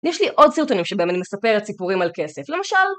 ויש לי עוד סרטונים שבהם אני מספרת סיפורים על כסף, למשל...